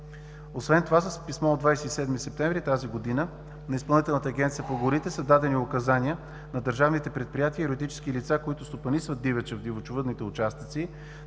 Освен това, с писмо от 27 септември тази година на Изпълнителната агенция по горите са дадени указания на държаните предприятия и юридически лица, които стопанисват дивеча в дивечовъдните участъци,